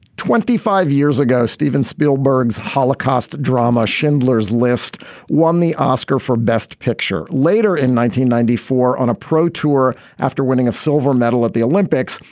twenty five years ago, steven spielberg's holocaust drama schindler's list won the oscar for best picture and ninety ninety four, on a pro tour after winning a silver medal at the olympics,